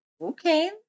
Okay